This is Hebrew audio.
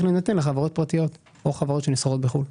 להינתן לחברות פרטיות או חברות שנסחרות בחוץ לארץ.